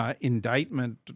Indictment